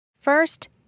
First